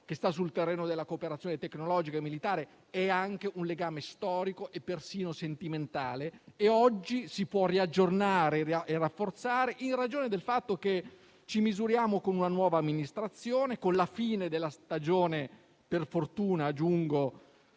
e sul terreno della cooperazione tecnologica e militare, è anche un legame storico e persino sentimentale e oggi si può riaggiornare e rafforzare in ragione del fatto che ci misuriamo con una nuova amministrazione statunitense e con la fine - per fortuna, aggiungo